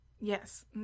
Yes